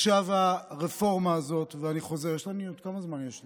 עכשיו הרפורמה הזאת, כמה זמן יש לי?